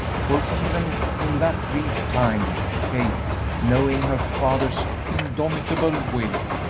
for even in that brief time kate, knowing her father's indomitable will,